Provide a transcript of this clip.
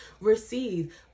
receive